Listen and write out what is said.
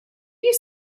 you